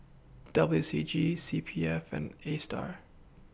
W C G C P F and ASTAR